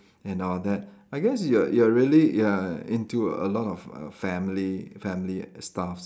and all that I guess you're you're really you are into a lot of err family family stuff